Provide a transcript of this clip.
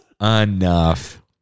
enough